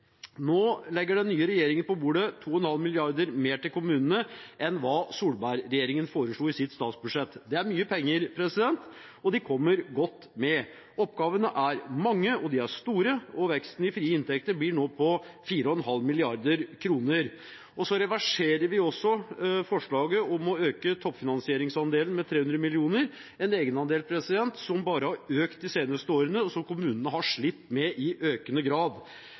Nå legger den nye regjeringen på bordet 2,5 mrd. kr mer til kommunene enn det Solberg-regjeringen foreslo i sitt statsbudsjett. Det er mye penger, og de kommer godt med. Oppgavene er mange og store, og veksten i frie inntekter blir nå på 4,5 mrd. kr. Vi reverserer også forslaget om å øke toppfinansieringsandelen med 300 mill. kr – en egenandel som bare har økt de seneste årene, og som kommunene har slitt med i økende grad.